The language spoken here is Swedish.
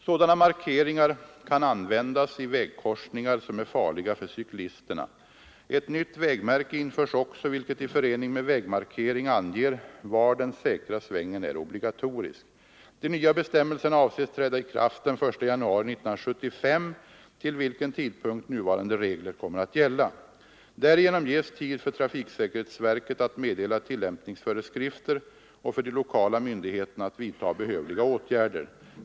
Sådana markeringar kan användas i vägkorsningar som är farliga för cyklisterna. Ett nytt vägmärke införs också, vilket i förening med vägmarkering anger var den säkra svängen är obligatorisk. De nya bestämmelserna avses träda i kraft den 1 januari 1975, till vilken tidpunkt nuvarande regler kommer att gälla. Därigenom ges tid för trafiksäkerhetsverket att meddela tillämpningsföreskrifter och för de lokala myndigheterna att vidta behövliga åtgärder.